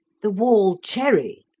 the wall cherry,